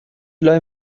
لای